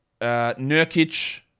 Nurkic